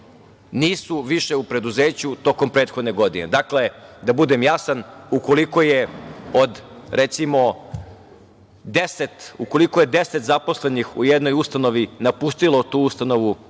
nisu više u preduzeću tokom prethodne godine. Dakle, da budem jasan, ukoliko je 10 zaposlenih u jednoj ustanovi napustilo tu ustanovu